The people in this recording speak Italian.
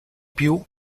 più